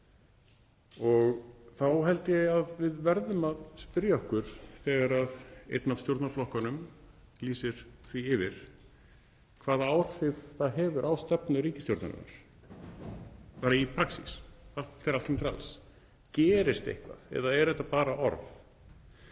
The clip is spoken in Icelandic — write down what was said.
ár. Þá held ég að við verðum að spyrja okkur, þegar einn af stjórnarflokkunum lýsir því yfir, hvaða áhrif það hefur á stefnu ríkisstjórnarinnar í praxís þegar allt kemur til alls. Gerist eitthvað eða eru þetta bara orð?